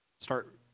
start